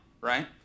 right